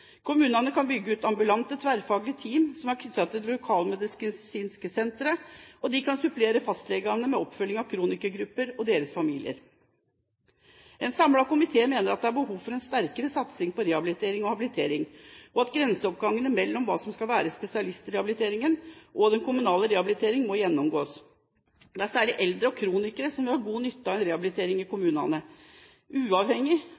Kommunene kan bygge ut ambulante, tverrfaglige team som er knyttet til de lokalmedisinske sentrene, og de kan supplere fastlegene med oppfølging av kronikergrupper og deres familier. En samlet komité mener at det er behov for en sterkere satsing på rehabilitering og habilitering, og at grenseoppgangen mellom hva som skal være spesialistrehabilitering og den kommunale rehabilitering, må gjennomgås. Det er særlig eldre og kronikere som vil ha god nytte av en rehabilitering i kommunal regi. Uavhengig